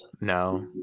No